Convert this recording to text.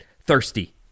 thirsty